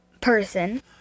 person